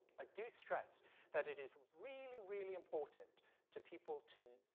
i do stress that it is really, really important to people to,